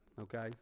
okay